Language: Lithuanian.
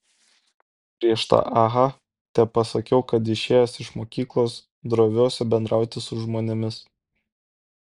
prieš tą aha tepasakiau kad išėjęs iš mokyklos droviuosi bendrauti su žmonėmis